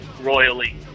royally